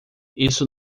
isso